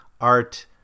art